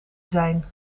zijn